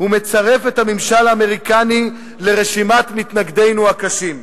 ומצרף את הממשל האמריקני לרשימת מתנגדינו הקשים.